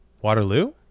Waterloo